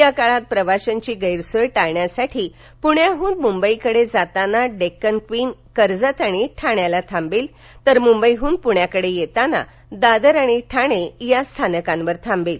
याकाळात प्रवाशांची गैरसोय टाळण्यासाठी पुण्याहून मुंबईकडे जाताना डेक्कन क्वीन कर्जत आणि ठाण्याला थांबेल तर मुंबईहन पृण्याकडे येताना दादर आणि ठाणे या स्थानकांवर थांबेल